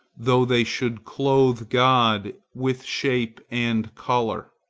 though they should clothe god with shape and color.